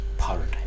Paradigm